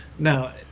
Now